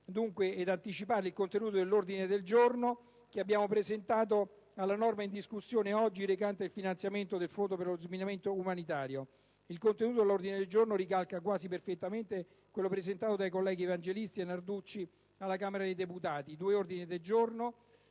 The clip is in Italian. dunque, sul contenuto dell'ordine del giorno che abbiamo presentato alla norma in discussione oggi, recante il finanziamento del Fondo per lo sminamento umanitario. Il contenuto dell'ordine del giorno ricalca, quasi perfettamente, quello presentato dai colleghi Evangelisti e Narducci alla Camera dei deputati. I due ordini del giorno